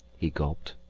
he gulped.